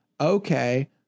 okay